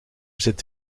zit